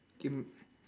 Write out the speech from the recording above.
im~